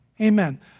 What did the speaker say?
Amen